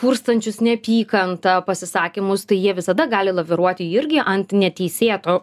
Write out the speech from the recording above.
kurstančius neapykantą pasisakymus tai jie visada gali laviruoti irgi ant neteisėto